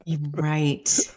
right